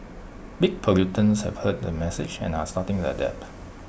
big polluters have heard the message and are starting to adapt